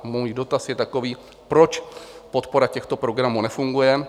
Můj dotaz je takový: Proč podpora těchto programů nefunguje?